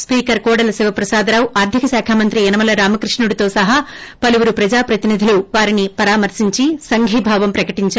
speaker Kodela Sivaprasadarao ఆర్గిక శాక మంత్రి యనమల రామకృష్ణుడుతో సహా పలువురు ప్రజాప్రతినిధులు వారిని పరామర్పించి సంఘీభావం ప్రకటించారు